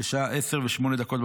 בשעה 10:08,